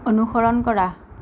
অনুসৰণ কৰা